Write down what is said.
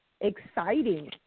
exciting